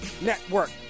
network